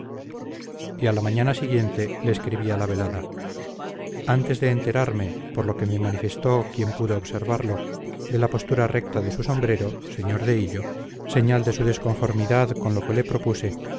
y a la mañana siguiente le escribía la velada antes de enterarme por lo que me manifestó quien pudo observarlo de la postura recta de su sombrero sr de hillo señal de su desconformidad con lo que le propuse